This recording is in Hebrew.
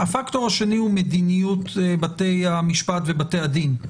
הפקטור השני הוא מדיניות בתי המשפט ובתי הדין.